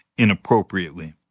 inappropriately